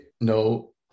No